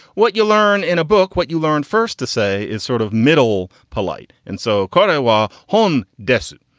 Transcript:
what you learn in a book, what you learn first to say is sort of middle polite. and so, courtois, home desert.